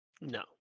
No